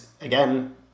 again